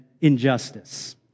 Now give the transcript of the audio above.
injustice